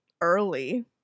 early